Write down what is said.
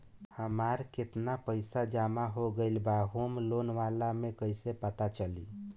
हमार केतना पईसा जमा हो गएल बा होम लोन वाला मे कइसे पता चली?